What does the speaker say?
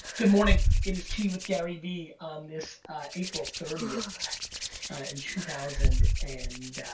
good morning, it is tea with gary vee on this apirl, thirtieth in two thousand and